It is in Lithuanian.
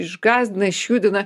išgąsdina išjudina